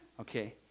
Okay